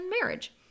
marriage